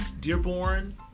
Dearborn